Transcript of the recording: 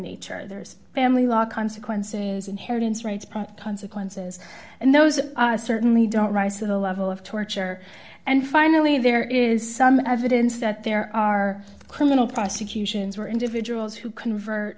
nature there's family law consequences inheritance rights prop consequences and those certainly don't rise to the level of torture and finally there is some evidence that there are criminal prosecutions where individuals who convert